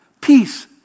Peace